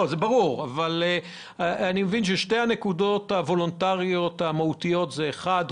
אני מבין ששתי הנקודות הוולונטריות המהותיות הן: אחת,